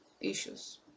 issues